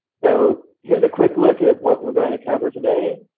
so here's a quick look at what we're going to cover today.